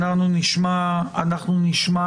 אנחנו נשמע את